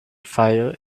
fire